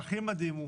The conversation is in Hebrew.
והכי מדהים הוא